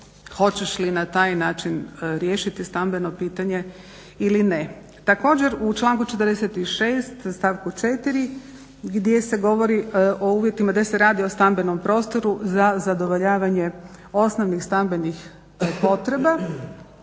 hoćeš li na taj način riješiti stambeno pitanje ili ne. Također, u članku 46. stavku 4. gdje se govori o uvjetima gdje se radi o stambenom prostoru za zadovoljavanje osnovnih stambenih potreba